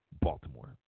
Baltimore